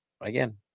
Again